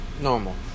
Normal